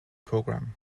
programme